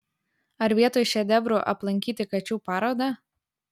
ar vietoj šedevrų aplankyti kačių parodą